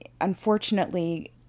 unfortunately